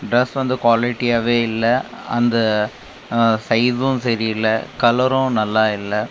dress வந்து குவாலிட்டியாகவே இல்லை அந்த சைஸும் சரியில்லை கலரும் நல்லா இல்லை